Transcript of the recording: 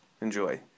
Enjoy